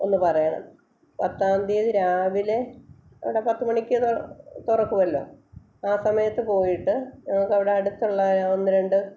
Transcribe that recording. ഒന്ന് പറയണം പത്താം തീയതി രാവിലെ അവിടെ പത്ത് മണിക്ക് തൊർ തുറക്കുമല്ലോ ആ സമയത്ത് പോയിട്ട് ഞങ്ങൾക്ക് അവിടെ അടുത്തുള്ള ഒരു ഒന്ന് രണ്ട്